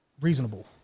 reasonable